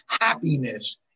happiness